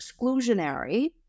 exclusionary